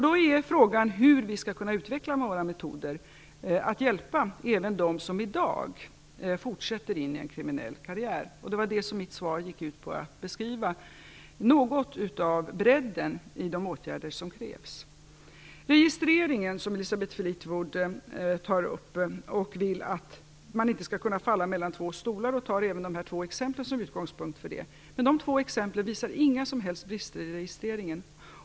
Då är frågan hur vi skall kunna utveckla våra metoder att hjälpa även dem som i dag fortsätter in i en kriminell karriär. Mitt svar gick ut på att beskriva något av bredden i de årgärder som krävs. Registreringen tar Elisabeth Fleetwood upp. Hon vill att man inte skall kunna falla mellan två stolar och tar dessa två exempel som utgångspunkt för sitt resonemang. Dessa två exempel visar inga som helst brister i registreringen.